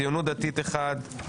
ציונות דתית אחד,